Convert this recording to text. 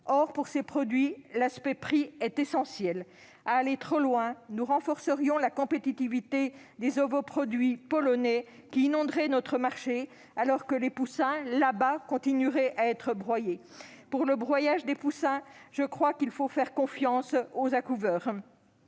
Or, pour ces produits, l'aspect prix est essentiel : à aller trop loin, nous renforcerions la compétitivité des ovoproduits polonais, qui inonderaient notre marché, alors que les poussins continueraient, en Pologne, à être broyés. Pour le broyage des poussins, je crois qu'il faut faire confiance aux accouveurs.